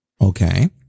okay